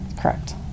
correct